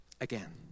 Again